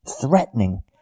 threatening